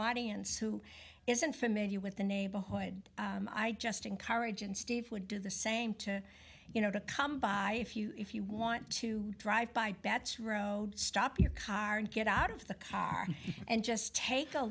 audience who isn't familiar with the neighborhood i just encourage and steve would do the same to you know to come by if you want to drive by bats road stop your car and get out of the car and just take a